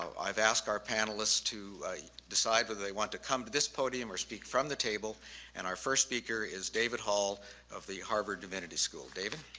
i've asked our panelist to decide whether they want to come to this podium or speak from the table and our first speaker is david hall of the harvard divinity school. david?